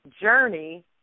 journey